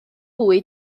mwy